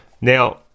Now